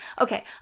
Okay